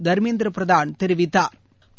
தர்மேந்திர பிரதான் தெரிவித்தாா்